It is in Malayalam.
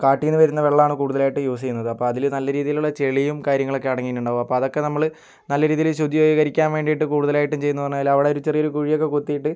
നമ്മൾ കാട്ടിൽനിന്ന് വരുന്ന വെള്ളമാണ് കൂടുതലായിട്ടും യൂസ് ചെയ്യുന്നത് അപ്പം അതിൽ നല്ല രീതിയിലുള്ള ചെളിയും കാര്യങ്ങളൊക്കെ അടങ്ങിയിട്ടുണ്ടാവും അപ്പോൾ അതൊക്കെ നമ്മൾ നല്ല രീതിയിൽ ശുദ്ധീകരിക്കാൻ വേണ്ടിയിട്ട് കൂടുതലായിട്ടും ചെയ്യുന്നതെന്ന് പറഞ്ഞാൽ അവിടെ ഒരു ചെറിയ ഒരു കുഴിയൊക്ക കുത്തിയിട്ട്